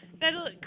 That'll